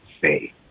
say